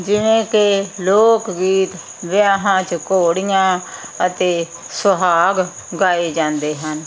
ਜਿਵੇਂ ਕਿ ਲੋਕ ਗੀਤ ਵਿਆਹਾਂ 'ਚ ਘੋੜੀਆਂ ਅਤੇ ਸੁਹਾਗ ਗਾਏ ਜਾਂਦੇ ਹਨ